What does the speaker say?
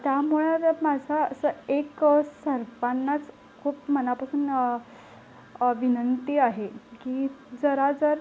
त्यामुळं माझं असं एक सर्वांनाच खूप मनापासून विनंती आहे की जरा जर